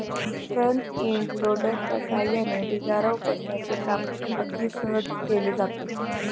front end लोडरच्या सहाय्याने ढिगारा उपसण्याचे काम अगदी सहज केले जाते